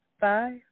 Bye